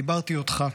דיברתי אותך.